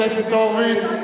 חבר הכנסת הורוביץ.